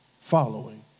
following